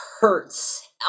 hurts